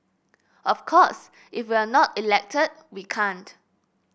of course if we're not elected we can't